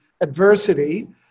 adversity